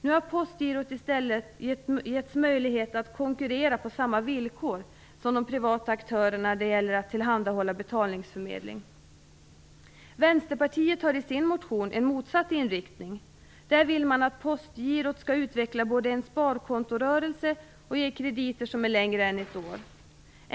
Nu har Postgirot i stället getts möjlighet att konkurrera på samma villkor som de privata aktörerna i fråga om att tillhandahålla betalningsförmedling. Vänsterpartiet har i sin motion en motsatt inriktning. Där vill man att Postgirot skall utveckla både en sparkontorörelse och ge krediter som är längre än ett år.